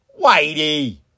Whitey